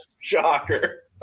Shocker